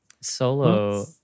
solo